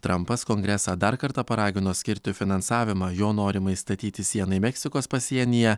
trampas kongresą dar kartą paragino skirti finansavimą jo norimai statyti sienai meksikos pasienyje